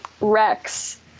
rex